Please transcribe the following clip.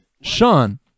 Sean